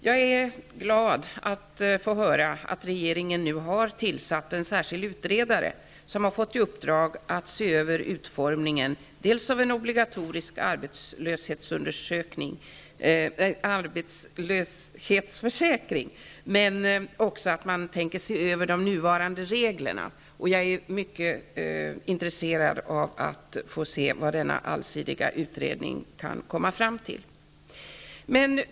Jag är glad att höra att regeringen nu har tillsatt en särskild utredare, som har fått i uppdrag att se över de nuvarande reglerna och komma med förslag till utformning av en obligatorisk arbetslöshetsföräkring -- det skall bli intressant att få se vad den allsidiga utredningen kan komma fram till.